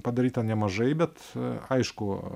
padaryta nemažai bet aišku